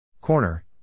Corner